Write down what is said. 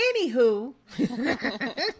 Anywho